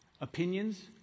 opinions